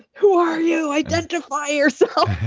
who are you? identify yourself,